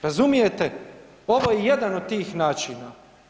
Razumijete, ovo je jedan od tih načina.